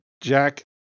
Jack